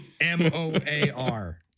M-O-A-R